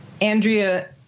Andrea